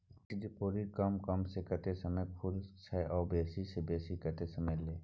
Fixed deposit कम स कम कत्ते समय ल खुले छै आ बेसी स बेसी केत्ते समय ल?